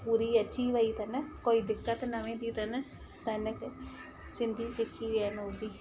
पूरी अची वई तन कोई दिक़तु न वेंदी तन त इन करे सिंधी सिखी वियां आहिनि हो बि